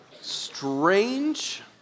strange